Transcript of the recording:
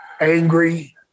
angry